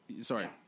Sorry